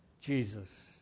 Jesus